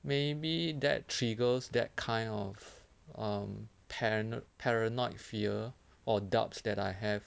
maybe that triggers that kind of um pan~ paranoid fear or doubts that I have